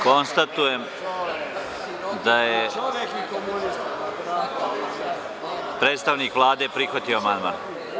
Konstatujem da je predstavnik Vlade prihvatio amandman.